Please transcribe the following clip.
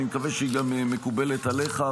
אני מקווה שהיא גם מקובלת עליך,